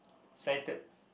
sighted